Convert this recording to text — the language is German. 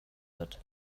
wird